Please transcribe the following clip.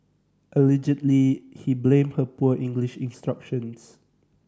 allegedly he blamed her poor English instructions